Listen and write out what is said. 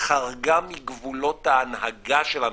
חרגה מגבולות ההנהגה של המחאה,